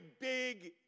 big